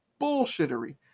bullshittery